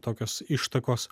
tokios ištakos